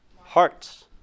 Hearts